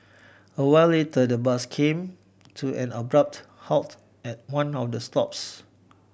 a while later the bus came to an abrupt halt at one of the stops